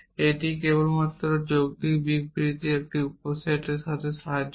এটি কেবলমাত্র যৌক্তিক বিবৃতিগুলির একটি উপসেটের সাথে কাজ করে